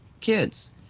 kids